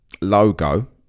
logo